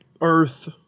earth